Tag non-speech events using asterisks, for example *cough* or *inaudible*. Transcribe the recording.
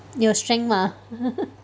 你有 shrank mah *laughs*